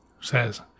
says